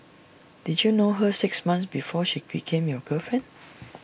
did you know her six months before she became your girlfriend